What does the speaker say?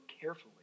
carefully